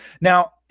Now